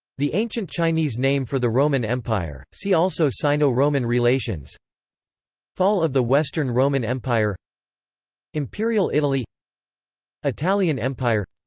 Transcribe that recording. the ancient chinese name for the roman empire see also sino-roman relations fall of the western roman empire imperial italy italian empire